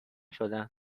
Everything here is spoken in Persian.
شدن